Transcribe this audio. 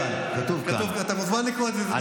אתה מוזמן לקרוא, זה בדברי ההסבר לחוק.